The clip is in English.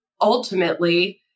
ultimately